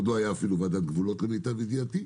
עוד לא הייתה אפילו ועדת גבולות למיטב ידיעתי.